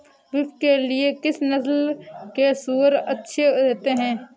Beef के लिए किस नस्ल के सूअर अच्छे रहते हैं?